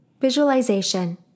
Visualization